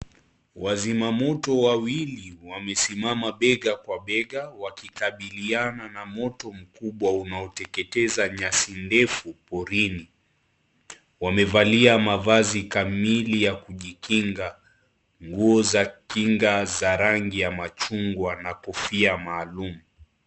Wazima Moto wawili wamesimama bega Kwa bega wakikabiliana na Moto mkubwa unaoteketeza nyasi ndefu porini. Wamevalia mavazi kamili ya kujikinga, nguo za kinga za rangi ya machungwa na kofia maalum.